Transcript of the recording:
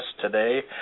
today